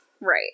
Right